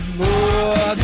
more